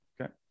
okay